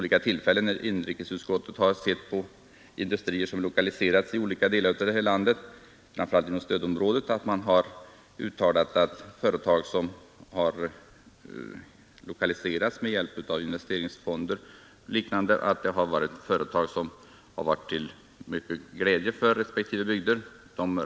Inrikesutskottet har sett på industrier som lokaliserats till olika delar av landet, framför allt inom stödområdet, och har därvid funnit att företag som har lokaliserats med hjälp av investeringsfonder och liknande har blivit till stor g respektive bygder.